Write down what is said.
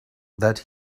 that